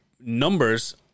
numbers